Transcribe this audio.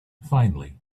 finally